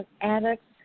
addicts